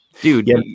dude